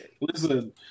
Listen